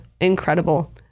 incredible